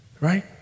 Right